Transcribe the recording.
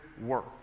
work